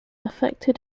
affected